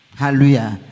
hallelujah